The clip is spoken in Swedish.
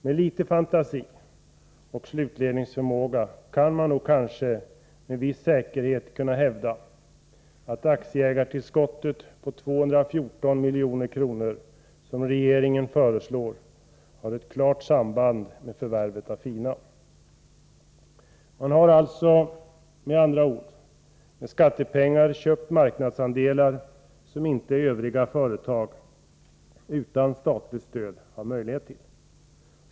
Med litet fantasi och slutledningsförmåga kan man med viss säkerhet hävda att aktieägartillskottet på 214 milj.kr., som regeringen föreslår, har ett klart samband med förvärvet av Fina. Man har alltså med andra ord med skattepengar köpt marknadsandelar på ett sätt som Övriga företag utan statligt stöd inte har möjlighet till.